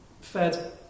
fed